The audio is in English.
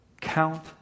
Count